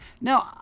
No